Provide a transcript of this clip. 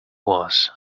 was